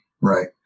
right